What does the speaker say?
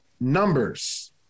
numbers